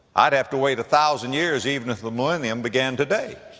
i'd have to wait a thousand years, even if the millennium began today,